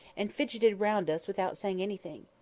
and fidgeted round us without saying anything.